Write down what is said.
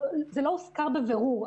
זה לא הוזכר בבירור,